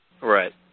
Right